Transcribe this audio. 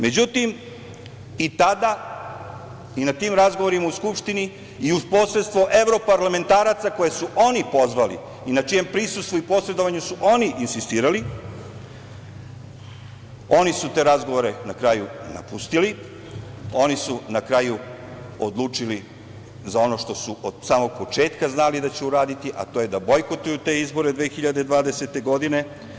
Međutim, i tada i na tim razgovorima u skupštini i uz posredstvo evroparlamentaraca koje su oni pozvali i na čijem prisustvu i posredovanju su oni insistirali, oni su te razgovore na kraju napustili, oni su na kraju odlučili za ono što su od samog početka znali da će uraditi, a to je da bojkotuju te izbore 2020. godine.